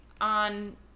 on